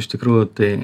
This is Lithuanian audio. iš tikrųjų tai